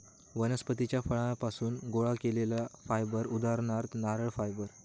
वनस्पतीच्या फळांपासुन गोळा केलेला फायबर उदाहरणार्थ नारळ फायबर